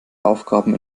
aufgaben